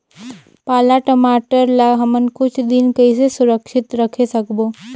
पाला टमाटर ला हमन कुछ दिन कइसे सुरक्षित रखे सकबो?